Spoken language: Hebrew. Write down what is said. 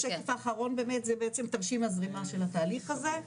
בשקף האחרון באמת זה בעצם תרשים הזרימה של התהליך הזה,